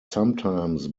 sometimes